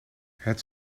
het